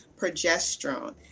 progesterone